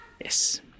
Yes